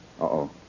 Uh-oh